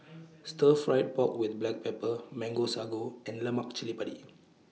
Stir Fried Pork with Black Pepper Mango Sago and Lemak Cili Padi